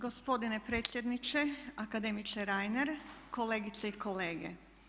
Gospodine predsjedniče akademiče Reiner, kolegice i kolege.